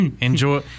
Enjoy